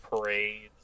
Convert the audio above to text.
parades